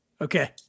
Okay